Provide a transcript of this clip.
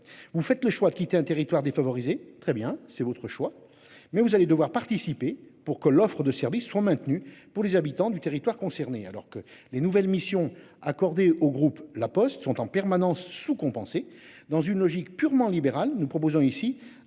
vous faites le choix de quitter un territoire défavorisés. Très bien, c'est votre choix. Mais vous allez devoir participer pour que l'offre de service seront maintenus pour les habitants du territoire concerné. Alors que les nouvelles missions. Au groupe La Poste sont en permanence sous compenser dans une logique purement libérale nous proposons ici